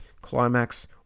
Climax